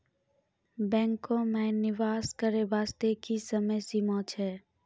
बैंको माई निवेश करे बास्ते की समय सीमा छै?